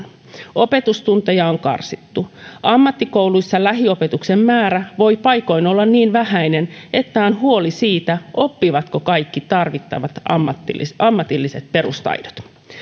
opetustunteja on karsittu ammattikouluissa lähiopetuksen määrä voi paikoin olla niin vähäinen että on huoli siitä oppivatko kaikki tarvittavat ammatilliset perustaidot